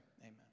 Amen